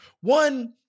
one